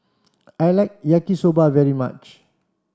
I like Yaki Soba very much